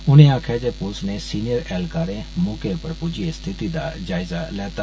उने आक्खेआ जे पुलस दे सीनियर ऐह्लकारे मौके पर पुजियै स्थिति दा जायज़ा लैता